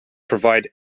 provide